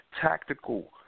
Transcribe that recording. Tactical